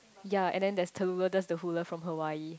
ya and then there's Talula Does the Hula from Hawaii